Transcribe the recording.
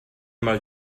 mal